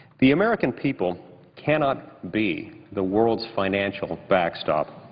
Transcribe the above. the american people cannot be the world's financial backstop.